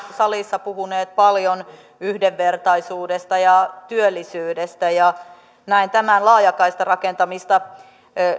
salissa puhuneet paljon yhdenvertaisuudesta ja työllisyydestä ja näen tämän laajakaistarakentamista